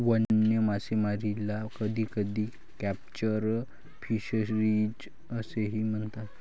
वन्य मासेमारीला कधीकधी कॅप्चर फिशरीज असेही म्हणतात